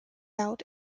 out